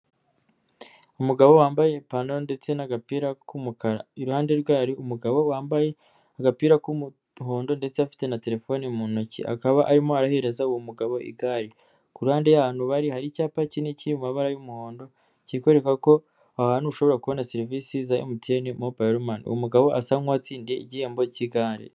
Umugabo wambaye ipantaro ndetse n'agapira k'umukara, iruhande rwe hari umugabo wambaye agapira k'umuhondo ndetse afite na terefone mu ntoki, akaba arimo arahereza uwo mugabo igare, ku ruhande ahantu bari hari icyapa kinini kiri mu mabara y'umuhondo kikwereka ko aho hantu ushobora kubona serivisi zaMTN Mobile Money, umugabo asa nk'uwatsindiye igihembo k'igare.